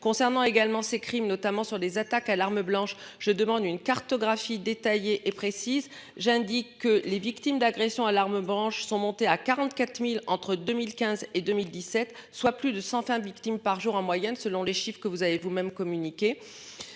concernant également ces crimes, notamment sur les attaques à l'arme blanche je demande une cartographie détaillée et précise, j'indique que les victimes d'agression à l'arme branches sont montés à 44.000 entre 2015 et 2017, soit plus de 120 victimes par jour en moyenne, selon les chiffres que vous avez vous-même communiqué.